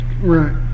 right